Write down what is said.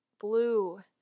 blue